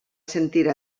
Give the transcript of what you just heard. sentir